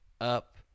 up